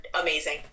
amazing